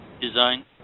design